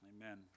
Amen